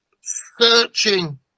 searching